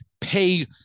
pay